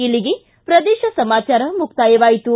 ಇಲ್ಲಿಗೆ ಪ್ರದೇಶ ಸಮಾಚಾರ ಮುಕ್ತಾಯವಾಯಿತು